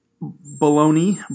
Bologna